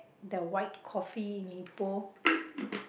the white coffee in Ipoh